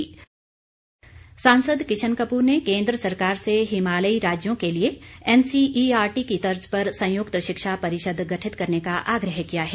आग्रह सांसद किशन कपूर ने केंद्र सरकार से हिमालयी राज्यों के लिए एनसीईआरटी की तर्ज पर संयुक्त शिक्षा परिषद गठित करने का आग्रह किया है